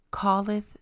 calleth